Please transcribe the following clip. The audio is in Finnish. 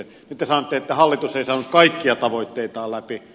nyt te sanotte että hallitus ei saanut kaikkia tavoitteitaan läpi